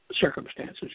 circumstances